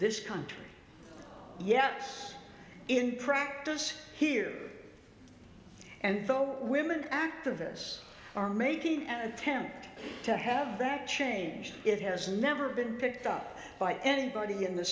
this country yes in practice here and the women activists are making an attempt to have that change it has never been picked up by anybody in the